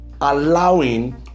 allowing